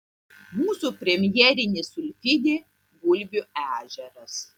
mūsų premjerinis silfidė gulbių ežeras